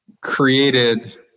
created